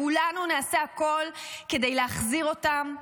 כולנו נעשה הכול כדי להחזיר אותם.